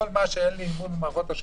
כל אנשי המודיעין הם שוטרים.